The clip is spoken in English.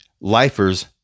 lifers